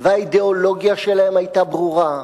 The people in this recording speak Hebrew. והאידיאולוגיה שלהם היתה ברורה,